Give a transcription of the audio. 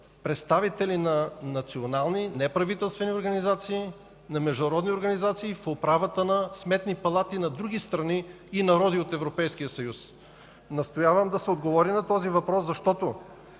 представители на национални, неправителствени организации, на международни организации в управата на сметни палати на други страни и народи от Европейския съюз? Настоявам да се отговори на този въпрос, защото